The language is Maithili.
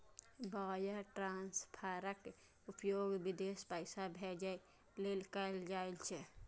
वायर ट्रांसफरक उपयोग विदेश पैसा भेजै लेल कैल जाइ छै